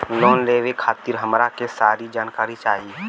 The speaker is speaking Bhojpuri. लोन लेवे खातीर हमरा के सारी जानकारी चाही?